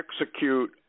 execute